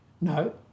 No